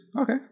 okay